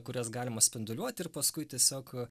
kurias galima spinduliuoti ir paskui tiesiog